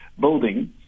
building